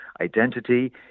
identity